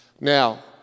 Now